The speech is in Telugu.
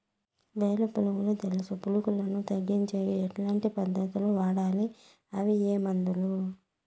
వేరు పులుగు తెలుసు పులుగులను తగ్గించేకి ఎట్లాంటి పద్ధతులు వాడాలి? అవి ఏ మందులు?